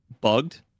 bugged